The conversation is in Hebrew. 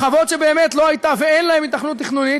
חוות שבאמת לא הייתה ואין להן היתכנות תכנונית,